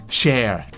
share